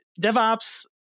DevOps